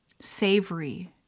savory